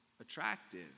Attractive